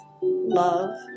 love